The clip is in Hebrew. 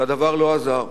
והדבר לא עזר.